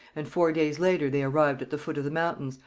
and four days later they arrived at the foot of the mountains,